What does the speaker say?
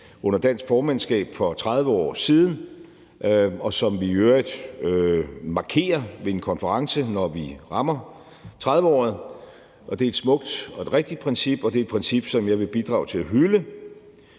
under dansk formandskab for 30 år siden, og som vi i øvrigt markerer ved en konference, når vi rammer 30-året. Det er et smukt og et rigtigt princip, og det er et princip, som jeg vil bidrage til at hylde.